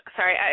Sorry